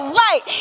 light